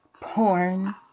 porn